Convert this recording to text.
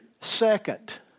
second